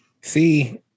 see